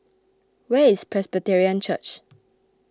where is Presbyterian Church